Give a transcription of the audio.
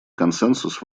консенсус